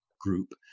group